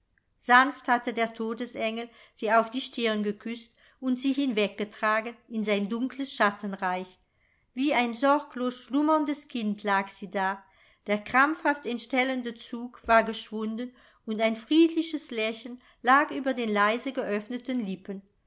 sanft hatte der todesengel sie auf die stirn geküßt und sie hinweggetragen in sein dunkles schattenreich wie ein sorglos schlummerndes kind lag sie da der krampfhaft entstellende zug war geschwunden und ein friedliches lächeln lag über den leise geöffneten lippen